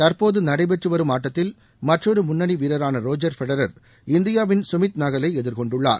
தற்போது நடைபெற்றுவரும் ஆட்டத்தில் மற்றொரு முன்னணி வீரரான ரோஜர் பெடரா் இந்தியாவின் சுமித் நாகலை எதிர்கொண்டுள்ளார்